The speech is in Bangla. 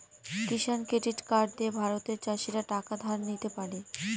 কিষান ক্রেডিট কার্ড দিয়ে ভারতের চাষীরা টাকা ধার নিতে পারে